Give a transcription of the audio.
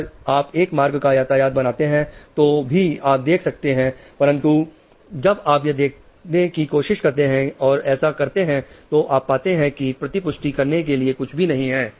अगर आप एक मार्ग का यातायात बनाते हैं तो भी आप देख सकते हैं परंतु जब आप यह देखने की कोशिश करते हैं और ऐसा करते हैं तो आप पाते हैं कि प्रतिपुष्टि करने के लिए कुछ भी नहीं है